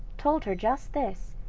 told her just this,